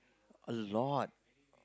a lot